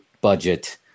budget